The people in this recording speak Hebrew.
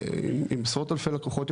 עם עשרות אלפי לקוחות,